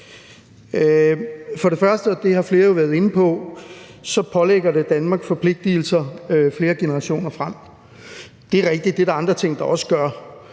For det første – og det har flere jo været inde på – så pålægger det Danmark forpligtelser flere generationer frem. Det er rigtigt, at det er der også andre ting der gør,